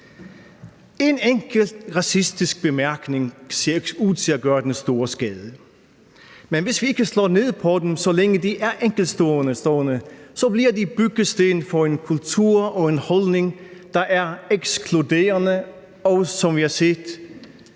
En enkelt racistisk bemærkning ser ikke ud til at gøre den store skade, men hvis vi ikke slår ned på dem, så længe de er enkeltstående, bliver de byggesten for en kultur og en holdning, der er ekskluderende og, som vi har set,